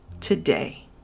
today